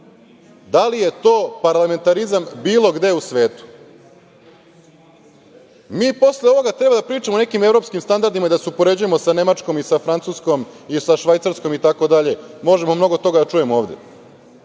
Da li je to parlamentarizam bilo gde u svetu? Mi posle ovoga treba da pričamo o nekim evropskim standardima i da se upoređujemo sa Nemačkom i sa Francuskom i sa Švajcarskom itd, možemo mnogo toga da čujemo ovde,